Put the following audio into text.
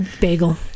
Bagel